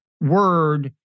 word